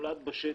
שנולד בשטח,